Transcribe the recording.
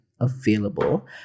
available